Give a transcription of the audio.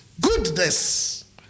Goodness